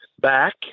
back